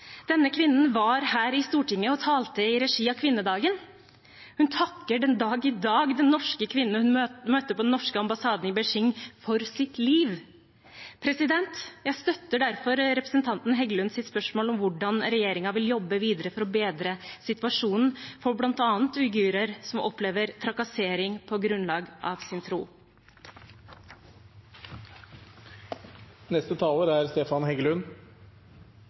Denne kvinnen var her i Stortinget og talte i regi av kvinnedagen. Hun takker den dag i dag den norske kvinnen hun møtte på den norske ambassaden i Beijing, for sitt liv. Jeg støtter derfor representanten Heggelunds spørsmål om hvordan regjeringen vil jobbe videre for å bedre situasjonen for bl.a. uigurer som opplever trakassering på grunnlag av sin